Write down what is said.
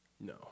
No